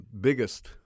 biggest